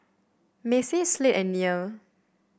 Macie Slade and Nia